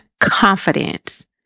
confidence